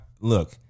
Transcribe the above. Look